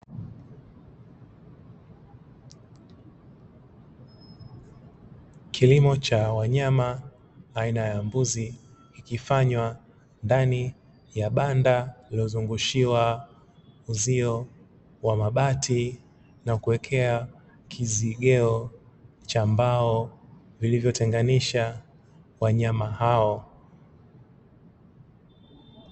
Kilimo cha wanyama aina ya mbuzi, kikifanywa ndani ya banda lililozungushiwa uzio wa mabati na kuwekewa kizigeo cha mbao, vilivyotenganisha wanyama hao.